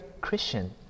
Christian